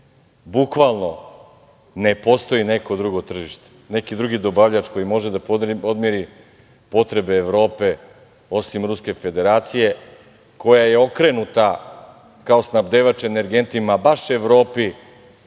bukvalno, ne postoji neko drugo tržište, neki drugi dobavljač koji može da podmiri potrebe Evrope, osim Ruske Federacije, koja je okrenuta kao snabdevač energentima baš Evropi.